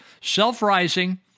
self-rising